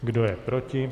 Kdo je proti?